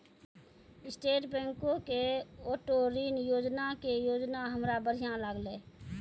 state बैंको के auto ऋण योजना के योजना हमरा बढ़िया लागलै